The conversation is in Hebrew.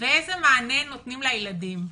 ואיזה מענה נותנים לילדים?